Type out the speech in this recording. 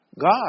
God